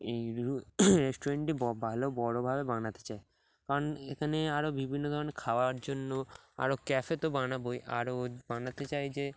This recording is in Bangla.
এই রেস্টুরেন্টটি ভালো বড়োভাবে বানাতে চাই কারণ এখানে আরও বিভিন্ন ধরনের খাওয়ার জন্য আরও ক্যাফে তো বানাবোই আরও বানাতে চাই যে